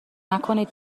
نکنین